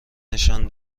نشان